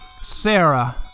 Sarah